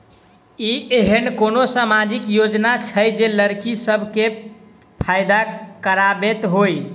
की एहेन कोनो सामाजिक योजना छै जे लड़की सब केँ फैदा कराबैत होइ?